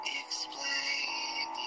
explain